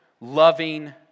loving